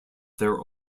their